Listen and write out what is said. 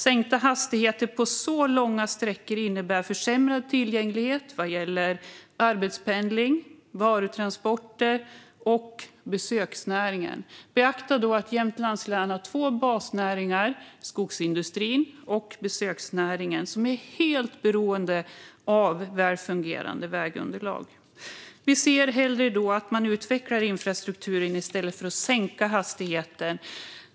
Sänkta hastigheter på så långa sträckor innebär försämrad tillgänglighet vad gäller arbetspendling, varutransporter och besöksnäringen. Beakta då att Jämtlands län har två basnäringar, skogsindustrin och besöksnäringen, som är helt beroende av välfungerande vägunderlag. Vi ser hellre att man utvecklar infrastrukturen i stället för att sänka hastigheten.